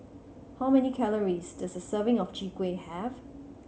how many calories does a serving of Chwee Kueh have